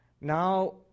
Now